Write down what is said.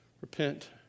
Repent